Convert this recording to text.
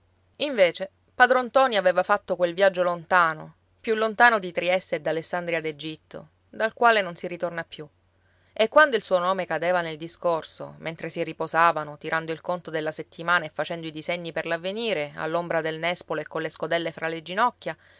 invece padron ntoni aveva fatto quel viaggio lontano più lontano di trieste e d'alessandria d'egitto dal quale non si ritorna più e quando il suo nome cadeva nel discorso mentre si riposavano tirando il conto della settimana e facendo i disegni per l'avvenire all'ombra del nespolo e colle scodelle fra le ginocchia